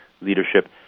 leadership